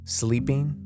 sleeping